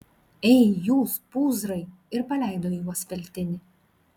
ei jūs pūzrai ir paleido į juos veltinį